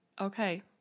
Okay